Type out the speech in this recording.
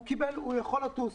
הוא יכול לטוס.